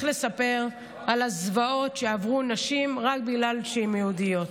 לספר על הזוועות שעברו נשים רק בגלל שהן יהודיות.